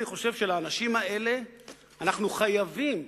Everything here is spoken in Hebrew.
אני חושב שלאנשים האלה אנחנו חייבים,